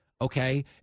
okay